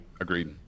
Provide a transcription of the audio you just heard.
agreed